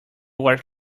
were